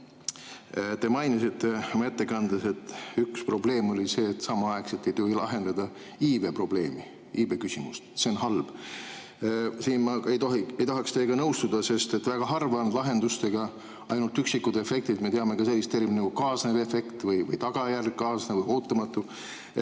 Te mainisite oma ettekandes, et üks probleem oli see, et samaaegselt ei tohi lahendada iibeprobleemi, iibeküsimust, see on halb. Siin ma ei tahaks teiega nõustuda, sest väga harva on lahendustel ainult üksikud efektid. Me teame ka sellist terminit nagu kaasnev efekt või kaasnev või ootamatu